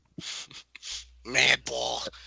Madball